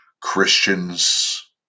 Christians